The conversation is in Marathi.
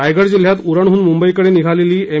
रायगड जिल्हयात उरणहन मुंबईकडे निघालेली एम